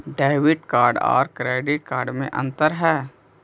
Debit card और credit card में अन्तर है?